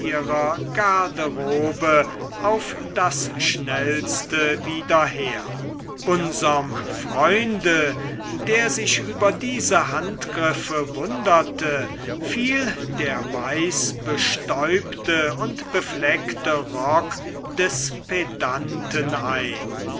garderobe auf das schnellste wieder her unserm freunde der sich über diese handgriffe wunderte fiel der weiß bestäubte und befleckte rock des pedanten ein